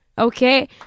Okay